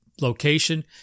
location